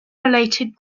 related